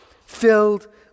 Filled